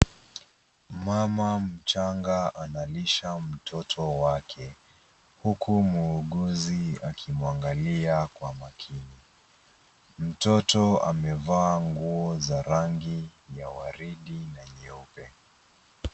Mama mchanga analisha mtoto wake huku muuguzi akimwangalia kwa makini . Mtoto amevaa nguo za rangi ya waridi na nyeupe.